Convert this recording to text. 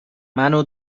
منو